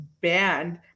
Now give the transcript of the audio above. banned